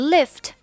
Lift